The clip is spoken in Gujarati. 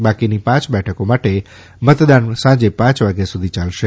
બાકીની પાંચ બેઠકો માટે મતદાન સાંજે પાંચ વાગ્યા સુધી ચાલશે